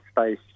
space